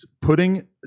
putting